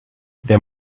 there